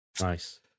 Nice